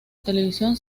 televisión